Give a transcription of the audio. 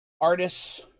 Artists